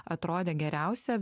atrodė geriausia